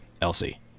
Elsie